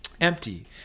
empty